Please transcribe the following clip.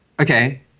Okay